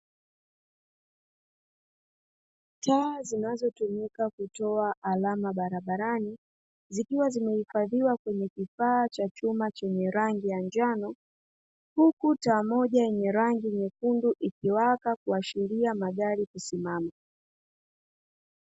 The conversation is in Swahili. Taa zinazotumika kutoa alama barabarani, zikiwa zimehifadhiwa kwenye kifaa cha chuma chenye rangi ya njano, huku taa moja yenye rangi nyekundu ikiwaka kuashiria magari kusimama.